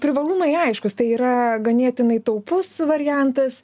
privalumai aiškūs tai yra ganėtinai taupus variantas